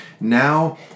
now